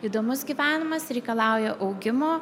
įdomus gyvenimas reikalauja augimo